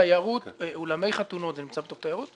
אולמי חתונות, זה נמצא בתיירות?